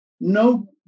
no